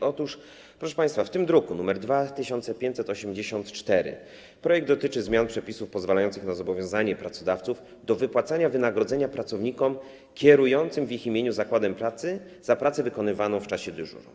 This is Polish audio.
Proszę państwa, projekt zawarty w druku nr 2584 dotyczy zmian przepisów pozwalających na zobowiązanie pracodawców do wypłacania wynagrodzenia pracownikom kierującym w ich imieniu zakładem pracy za pracę wykonywaną w czasie dyżuru.